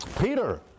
Peter